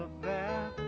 affair